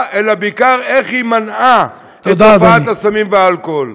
אלא בעיקר איך היא מנעה את תופעת הסמים והאלכוהול.